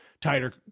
tighter